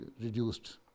reduced